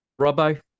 Robbo